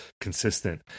consistent